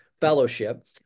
fellowship